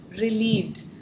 relieved